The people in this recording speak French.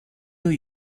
new